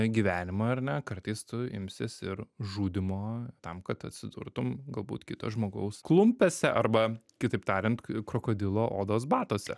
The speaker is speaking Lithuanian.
gyvenimą ar ne kartais tu imsies ir žudymo tam kad atsidurtum galbūt kito žmogaus klumpėse arba kitaip tariant krokodilo odos batuose